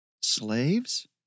Slaves